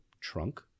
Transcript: trunk